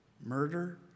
murder